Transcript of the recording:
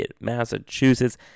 Massachusetts